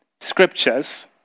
Scriptures